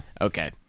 okay